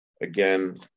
again